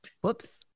Whoops